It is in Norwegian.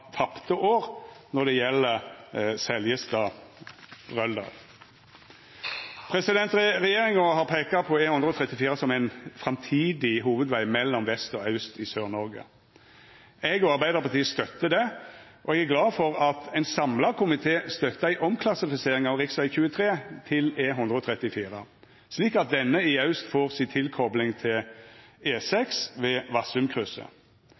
tapte år når det gjeld Seljestad–Røldal. Regjeringa har peikt på E134 som ein framtidig hovudveg mellom vest og aust i Sør-Noreg. Eg og Arbeidarpartiet støttar det, og eg er glad for at ein samla komité støttar ei omklassifisering av rv. 23 til E134, slik at denne i aust får si tilkopling til E6 ved